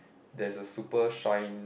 there's a super shine